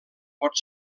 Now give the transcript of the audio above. pot